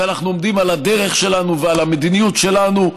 כשאנחנו עומדים על הדרך שלנו ועל המדיניות שלנו,